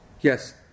Yes